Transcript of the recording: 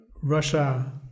Russia